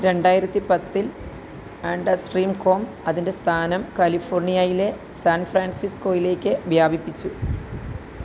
രണ്ടായിരത്തി പത്തിൽ ആൻഡസ്ട്രീംകോം അതിന്റെ സ്ഥാനം കാലിഫോർണിയയിലെ സാൻ ഫ്രാൻസിസ്കോയിലേക്ക് വ്യാപിപ്പിച്ചു